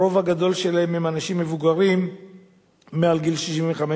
הרוב הגדול הם אנשים מבוגרים מגיל 65 ומעלה,